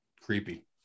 Creepy